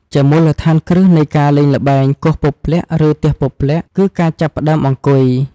ជាមូលដ្ឋានគ្រឹះនៃការលេងល្បែង គោះពព្លាក់ ឬទះពព្លាក់ គឺការចាប់ផ្ដើមអង្គុយ។